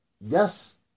Yes